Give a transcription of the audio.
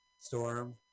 Storm